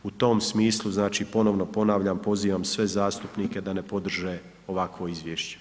U tom smislu znači ponovno ponavljam, pozivam sve zastupnike da ne podrže ovako izvješće.